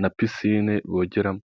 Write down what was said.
na pisine bogeramo .